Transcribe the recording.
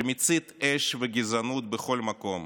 שמצית אש וגזענות בכל מקום